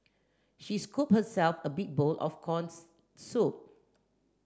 she scooped herself a big bowl of corns soup